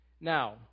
Now